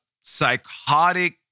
psychotic